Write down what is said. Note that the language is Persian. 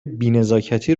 بینزاکتی